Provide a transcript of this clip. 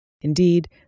Indeed